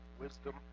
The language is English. wisdom